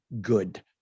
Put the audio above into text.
good